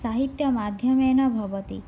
साहित्यमाध्यमेन भवति